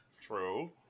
True